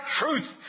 truth